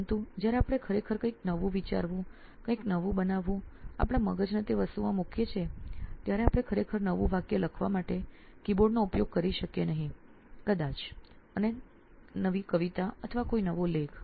પરંતુ જ્યારે આપણે ખરેખર કંઈક નવું વિચારવું કંઈક નવું બનાવવું આપણા મગજને તે વસ્તુમાં મૂકીએ છીએ ત્યારે આપણે ખરેખર નવું વાક્ય લખવા માટે કીબોર્ડનો ઉપયોગ કરી શકીએ નહીં કદાચ અને તમે કવિતા અથવા કોઈ નવો લેખ